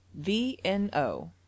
vno